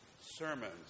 sermons